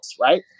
right